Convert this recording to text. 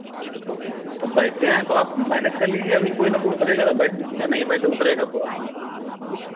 अब बैठे हैं तो आप मैनेज कर लीजिए अभी कोई ना कोई उतरेगा तो बैठ जइएगा नहीं बैठ उतरेगा तो